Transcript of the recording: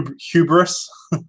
hubris